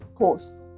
post